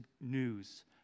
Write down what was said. news